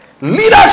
leadership